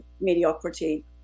mediocrity